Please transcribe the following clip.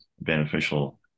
beneficial